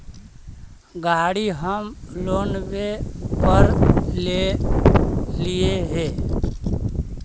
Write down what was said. गाड़ी हम लोनवे पर लेलिऐ हे?